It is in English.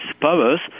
powers